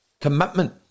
commitment